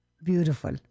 Beautiful